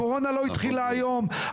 הקורונה לא התחילה היום,